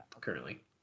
currently